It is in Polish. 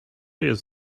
jest